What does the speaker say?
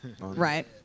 Right